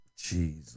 Jeez